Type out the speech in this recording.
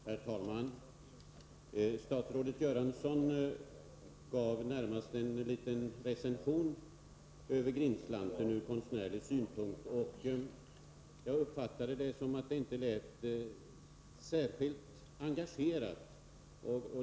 Herr talman! Statsrådet Göransson gav närmast en liten recension av Grindslanten ur konstnärlig synpunkt. Enligt min uppfattning lät hans inlägg inte särskilt engagerat.